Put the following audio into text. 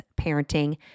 parenting